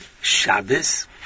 Shabbos